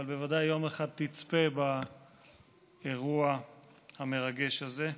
אבל בוודאי יום אחד תצפה באירוע המרגש הזה,